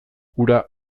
ura